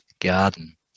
garden